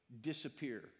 disappear